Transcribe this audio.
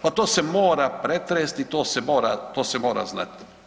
Pa to se mora pretresti i to se mora znati.